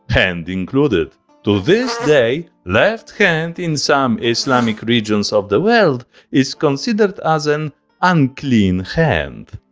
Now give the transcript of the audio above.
hand included to this day left hand in some islamic regions of the world is considered as an unclean hand.